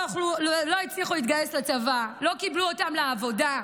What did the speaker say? לרבים נפתחו תיקים לא הצליחו להתגייס לצבא ולא קיבלו אותם לעבודה.